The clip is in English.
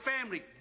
family